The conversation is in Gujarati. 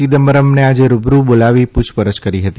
ચિદમ્બરમને આજે રૂબરૂ બોલાવી પૂછપરછ કરી હતી